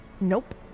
Nope